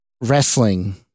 wrestling